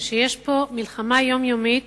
שיש פה מלחמה יומיומית.